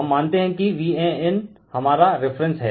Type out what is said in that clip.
हम मानते है कि Van हमारा रिफरेन्स हैं